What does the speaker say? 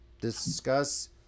discuss